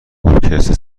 ارکستر